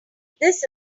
this